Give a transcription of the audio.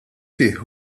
fih